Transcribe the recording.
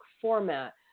format